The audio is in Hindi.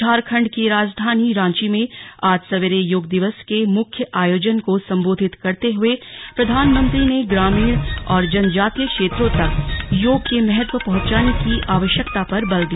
झारखंड की राजधानी रांची में आज सवेरे योग दिवस के मुख्यत आयोजन को सम्बोधित करते हुए प्रधानमंत्री ने ग्रामीण और जनजातीय क्षेत्रों तक योग के महत्व पहुंचाने की आवश्यकता पर बल दिया